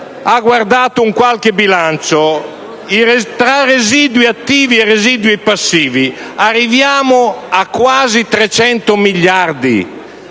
ha guardato il bilancio, tra residui attivi e residui passivi arriviamo a quasi 300 miliardi,